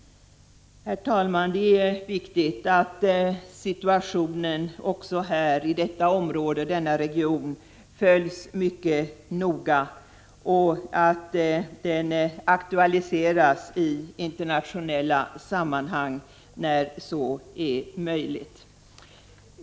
Herr talman! Det är viktigt att situationen också i denna region följs mycket noga och aktualiseras i internationella sammanhang när så är möjligt.